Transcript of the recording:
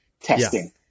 testing